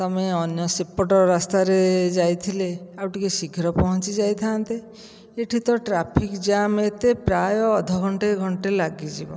ତୁମେ ଅନ୍ୟ ସେପଟ ରାସ୍ତାରେ ଯାଇଥିଲେ ଆଉ ଟିକିଏ ଶୀଘ୍ର ପହଞ୍ଚି ଯାଇଥାନ୍ତେ ଏଠି ତ ଟ୍ରାଫିକ୍ ଜାମ୍ ଏତେ ପ୍ରାୟ ଅଧ ଘଣ୍ଟାଏ ଘଣ୍ଟାଏ ଲାଗିଯିବ